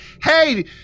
hey